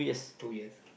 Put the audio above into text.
two years